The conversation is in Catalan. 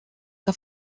que